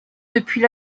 depuis